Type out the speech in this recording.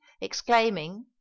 exclaiming